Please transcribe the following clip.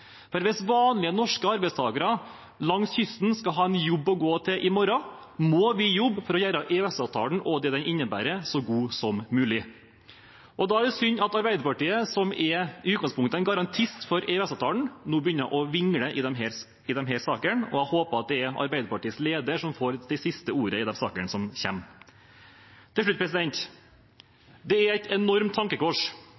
For hvis vanlige norske arbeidstakere langs kysten skal ha en jobb å gå til i morgen, må vi jobbe for å gjøre EØS-avtalen – og det den innebærer – så god som mulig. Da er det synd at Arbeiderpartiet, som i utgangspunktet er en garantist for EØS-avtalen, nå begynner å vingle i disse sakene. Jeg håper at det er Arbeiderpartiets leder som får det siste ordet i de sakene som kommer. Til slutt.